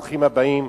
ברוכים הבאים,